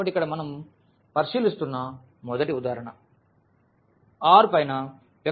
కాబట్టి ఇక్కడ మనం పరిశీలిస్తున్న మొదటి ఉదాహరణ R పైన వెక్టర్ స్పేస్ R n వుంది